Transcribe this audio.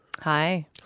Hi